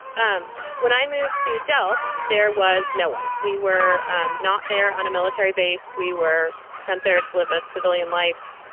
um when i moved to delft, there was no one. we were not there on a military base. we were sent there to live a civilian life.